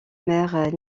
mère